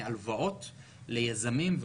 התשפ"א-2021,